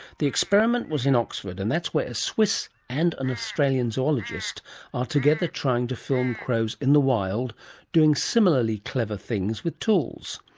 the experiment was in oxford, and that's where a swiss and an australian zoologist are together trying to film crows in the wild doing similarly clever things with tools.